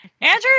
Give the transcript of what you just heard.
Andrew